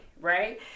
Right